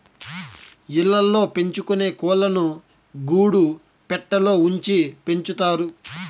ఇళ్ళ ల్లో పెంచుకొనే కోళ్ళను గూడు పెట్టలో ఉంచి పెంచుతారు